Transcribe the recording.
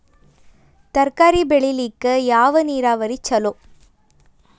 ತರಕಾರಿ ಬೆಳಿಲಿಕ್ಕ ಯಾವ ನೇರಾವರಿ ಛಲೋ?